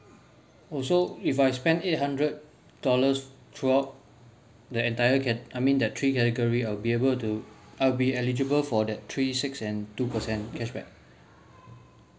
oh so if I spend eight hundred dollars throughout the entire cat~ I mean that three category I'll be able to I'll be eligible for that three six and two percent cashback